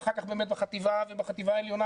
ואחר כך באמת בחטיבה ובחטיבה העליונה,